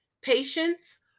patience